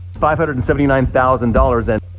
five hundred and seventy nine thousand dollars and,